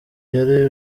yari